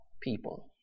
people